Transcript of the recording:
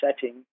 setting